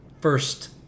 first